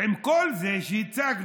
עם כל מה שהצגנו,